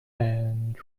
and